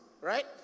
Right